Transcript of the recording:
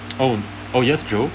oh oh yes joe